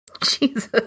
Jesus